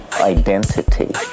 identity